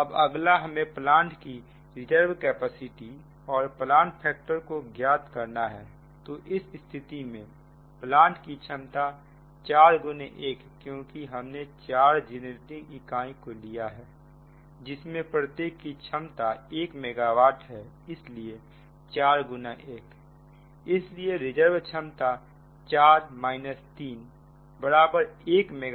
अब अगला हमें प्लांट की रिजर्व कैपेसिटी और प्लांट फैक्टर को ज्ञात करना है तो इस स्थिति में प्लांट की क्षमता 4 1 क्योंकि हमने 4 जेनरेटिंग इकाई को लिया है जिसमें प्रत्येक की क्षमता 1 मेगावाट है इसलिए 4 गुना 1 है इसलिए रिजर्व क्षमता 4 3 बराबर 1 मेगा वाट